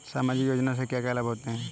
सामाजिक योजना से क्या क्या लाभ होते हैं?